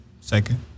Second